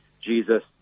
Jesus